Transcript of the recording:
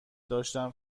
داشتم